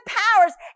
powers